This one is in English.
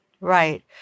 Right